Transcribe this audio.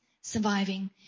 surviving